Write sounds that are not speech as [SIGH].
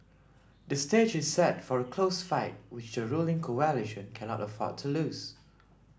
the stage is set for a close fight which the ruling [UNINTELLIGIBLE] cannot afford to lose